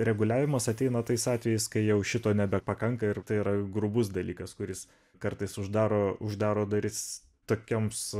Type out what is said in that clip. reguliavimas ateina tais atvejais kai jau šito nebepakanka ir tai yra grubus dalykas kuris kartais uždaro uždaro duris tokioms